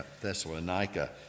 Thessalonica